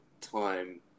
time